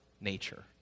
nature